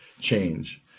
change